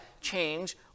change